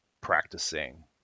practicing